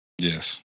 Yes